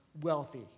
wealthy